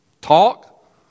talk